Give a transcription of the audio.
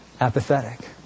apathetic